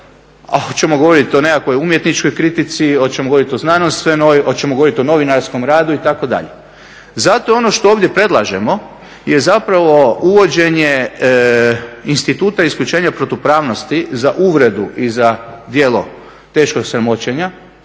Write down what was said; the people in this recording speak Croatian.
hoćemo govoriti o znanstvenoj, hoćemo govoriti o novinarskom radu itd.. Zato je ono što ovdje predlažemo je zapravo uvođenje instituta isključenja protupravnosti za uvredu i za djelo teškog sramoćenja